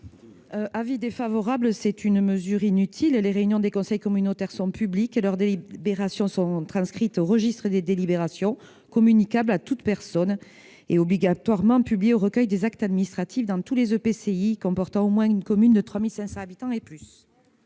? Cette mesure est inutile : les réunions des conseils communautaires sont publiques, et leurs délibérations sont transcrites au registre des délibérations, communicables à toute personne et obligatoirement publiées au recueil des actes administratifs, dans tous les EPCI comportant au moins une commune de 3 500 habitants et plus.